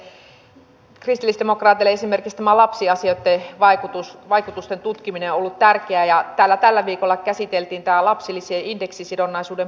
kristillisdemokraateille esimerkiksi tämä lapsiasioitten vaikutusten tutkiminen on ollut tärkeää ja täällä tällä viikolla käsiteltiin tämä lapsilisien indeksisidonnaisuuden purkaminen